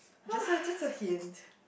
just a just a hint